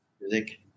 music